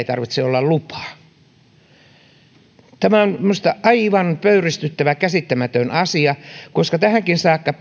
tarvitse olla lupaa tämä on minusta aivan pöyristyttävä ja käsittämätön asia koska tähänkin saakka